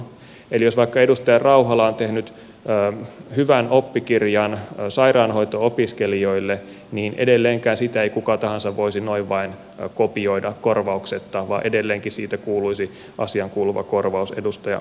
eli jos vaikka edustaja rauhala on tehnyt hyvän oppikirjan sairaanhoito opiskelijoille niin edelleenkään sitä ei kuka tahansa voisi noin vain kopioida korvauksetta vaan edelleenkin siitä kuuluisi asiaankuuluva korvaus edustaja rauhalalle